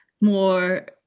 more